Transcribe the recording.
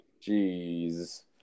Jeez